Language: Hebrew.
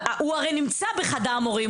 הוא הרי נמצא בחדר מורים,